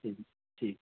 ٹھیک ہے ٹھیک